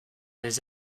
les